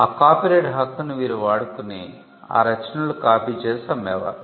ఆ కాపీరైట్ హక్కును వీరు వాడుకుని ఆ రచనలు కాపీ చేసి అమ్మే వారు